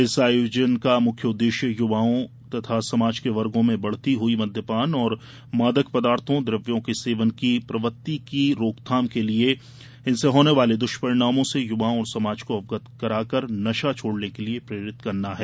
इस आयोजन का मुख्य उद्देश्य युवाओं तथा समाज के वर्गो में बढ़ती हुई मद्यपान एवं मादक पदार्थो द्रव्यों के सेवन की प्रवृत्ति की रोकथाम के लिए इनसे होने वाले दृष्परिणार्मो से युवाओं और समाज को अवगत कराकर नशा छोड़ने के लिए प्रेरित करना है